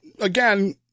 again